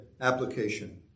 application